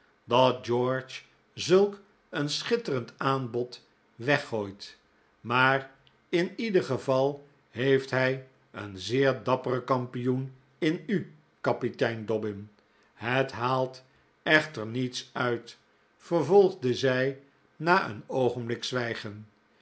dat george zulk een schitterend aanbod weggooit maar in ieder geval heeft hij een zeer dapperen kampioen in u kapitein dobbin het haalt echter niets uit vervolgde zij na een oogenblik zwijgen